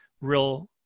real